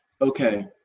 okay